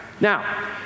now